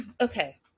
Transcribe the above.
okay